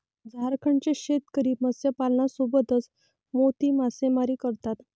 झारखंडचे शेतकरी मत्स्यपालनासोबतच मोती मासेमारी करतात